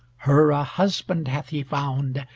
her a husband hath he found,